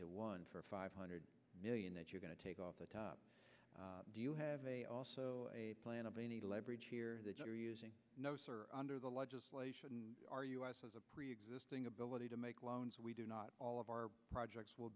to one for five hundred million that you're going to take off the top do you have a plan of any leverage here that you're using under the legislation our us as a preexisting ability to make loans we do not all of our projects will